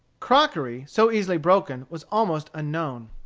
crockery, so easily broken, was almost unknown.